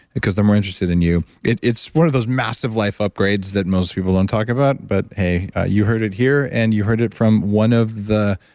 because they're more interested in you. it's one of those massive life upgrades that most people don't talk about. but hey, ah you heard it here. and you heard it from one of the,